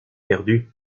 perdu